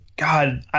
God